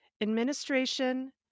Administration